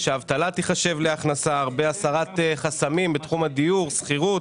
יש הרבה הסרת חסמים בתחום הדיור, בשכירות,